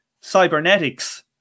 cybernetics